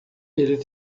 eles